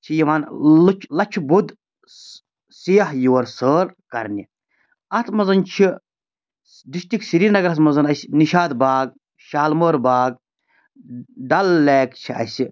چھِ یِوان لَچھٕ بوٚد سِیاح یور سٲل کَرنہِ اَتھ منٛز چھِ ڈِسٹِک سریٖنَگرَس منٛز اَسہِ نِشاط باغ شالمور باغ ڈَل لیک چھِ اَسہِ